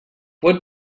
what